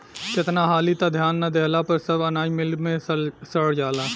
केतना हाली त ध्यान ना देहला पर सब अनाज मिल मे सड़ जाला